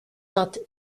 hat